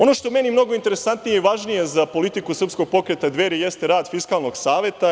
Ono što je meni mnogo interesantnije i važnije za politiku Srpskog pokreta Dveri jeste rad Fiskalnog saveta.